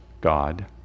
God